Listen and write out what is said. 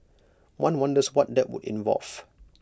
one wonders what that would involve